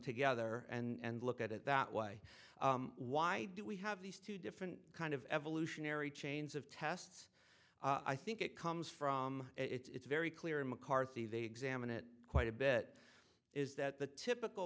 together and look at it that way why do we have these two different kind of evolutionary chains of tests i think it comes from it's very clear in mccarthy they examine it quite a bit is that the typical